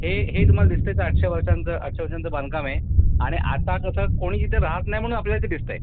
हे हे तुम्हाला दिसतं आहे ते आठशे वर्षांचं आठशे वर्षांचं बांधकाम आहे आणि आत्ता तसं कोणी इथे राहात नाही म्हणून आपल्याला ते दिसतं आहे